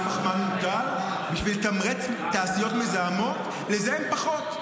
פס פחמן מוגדל בשביל לתמרץ תעשיות מזהמות לזהם פחות,